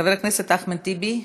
חבר הכנסת אחמד טיבי,